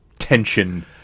tension